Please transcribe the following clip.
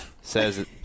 says